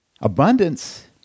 Abundance